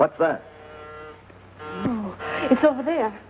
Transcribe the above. what's that it's over there